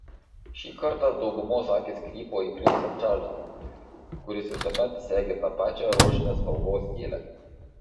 šį kartą daugumos akys krypo į princą čarlzą kuris visuomet segi tą pačią rožinės spalvos gėlę